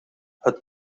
het